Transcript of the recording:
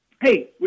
Hey